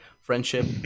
friendship